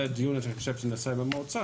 זה דיון שנעשה במועצה,